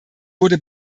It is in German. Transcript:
wurde